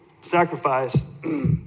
sacrifice